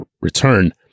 return